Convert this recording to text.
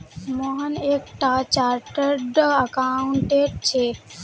मोहन एक टा chartered accountant छे